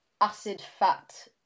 acid-fat